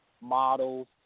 models